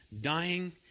dying